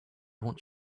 what